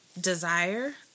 desire